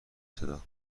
صدا